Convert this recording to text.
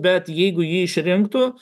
bet jeigu jį išrinktų